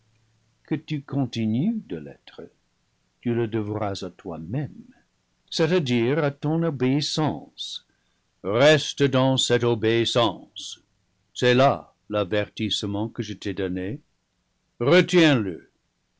que tu continues de l'être tu le devras à toi même c'est-à-dire à ton obéissance reste dans cette obéis sance c'est là l'avertissement que je t'ai donné retiens le